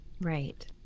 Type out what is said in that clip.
Right